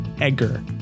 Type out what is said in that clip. Edgar